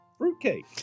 fruitcake